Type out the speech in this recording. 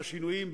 ולמרות השינויים,